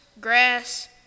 grass